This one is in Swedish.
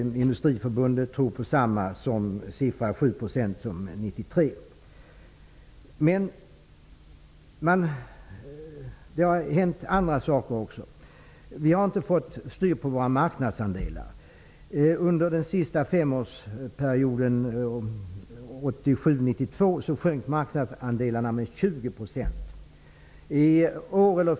Industriförbundet tror på samma siffra som för 1993, dvs. 7 %. Men det har även hänt andra saker. Vi har inte fått styr på våra marknadsandelar. Under den senaste femårsperioden, 1987--1992, sjönk vår marknadsandel med 20 %.